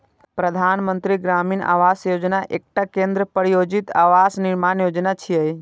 प्रधानमंत्री ग्रामीण आवास योजना एकटा केंद्र प्रायोजित आवास निर्माण योजना छियै